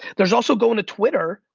there's also going to twitter,